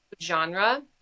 genre